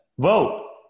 Vote